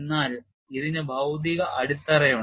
എന്നാൽ ഇതിന് ഭൌതിക അടിത്തറയുണ്ട്